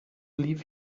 leave